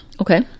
Okay